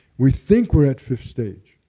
we think we're at fifth stage.